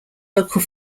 local